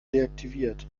deaktiviert